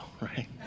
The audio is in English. right